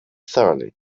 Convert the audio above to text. thoroughly